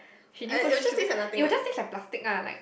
she didn't put sugar it will just taste like plastic ah like